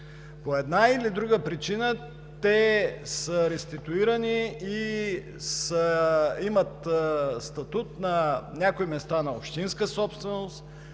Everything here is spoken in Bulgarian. По една или друга причина те са реституирани и имат статут на някои места на общинска собственост,